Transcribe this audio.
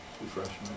Refreshment